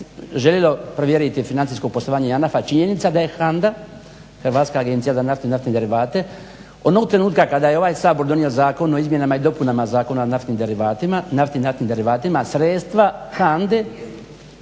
željelo provjeriti financijsko poslovanje JANAF-a. činjenica da je HANDA Hrvatska agencija za naftu i naftne derivate onog trenutka kada je ovaj Sabor donio zakon o izmjenama i dopunama Zakona o nafti i naftnim derivatima sredstava HANDA-e